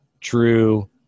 true